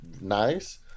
nice